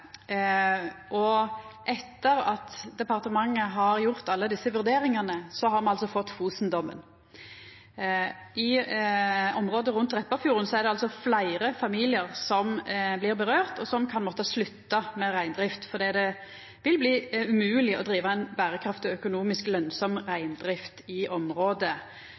Etter at departementet har gjort alle desse vurderingane, har vi altså fått Fosen-dommen. I området rundt Repparfjorden er det altså fleire familiar som dette vedkjem, og som kan måtta slutta med reindrift fordi det vil bli umogleg å driva ei berekraftig økonomisk lønsam reindrift i området.